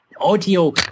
Audio